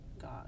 God